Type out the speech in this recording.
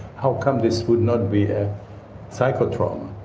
how come this would not be a psychotrauma?